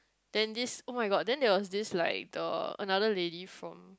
then this oh-my-God then there was this like the another lady from